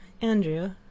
Andrew